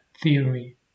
theory